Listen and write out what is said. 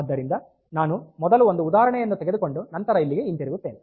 ಆದ್ದರಿಂದ ನಾನು ಮೊದಲು ಒಂದು ಉದಾಹರಣೆಯನ್ನು ತೆಗೆದುಕೊಂಡು ನಂತರ ಇಲ್ಲಿಗೆ ಹಿಂತಿರುಗುತ್ತೇನೆ